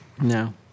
No